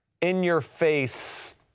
in-your-face